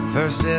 First